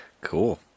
cool